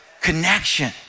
Connection